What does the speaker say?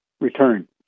return